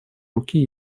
руки